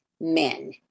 men